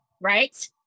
right